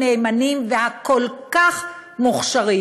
הנאמנים והכל-כך מוכשרים.